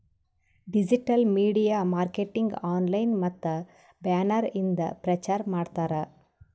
digital media marketing online ಮತ್ತ banner ಇಂದ ಪ್ರಚಾರ್ ಮಾಡ್ತಾರ್